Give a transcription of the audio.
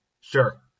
Sure